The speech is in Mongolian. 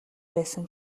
байсан